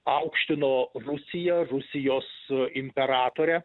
aukštino rusiją rusijos imperatorę